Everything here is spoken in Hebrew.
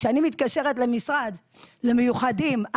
כשאני מתקשרת למשרד למיוחדים,